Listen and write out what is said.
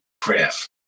craft